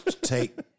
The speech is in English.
take